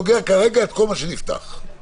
מה שאני אומר זה שהפיילוט הזה חייב להתרחב.